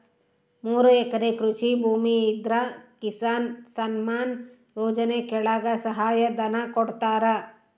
ಮೂರು ಎಕರೆ ಕೃಷಿ ಭೂಮಿ ಇದ್ರ ಕಿಸಾನ್ ಸನ್ಮಾನ್ ಯೋಜನೆ ಕೆಳಗ ಸಹಾಯ ಧನ ಕೊಡ್ತಾರ